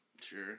Sure